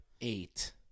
eight